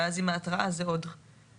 ואז עם ההתראה זה עוד חודש,